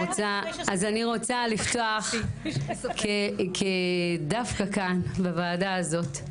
אז אני רוצה לפתוח דווקא כאן בוועדה הזאת,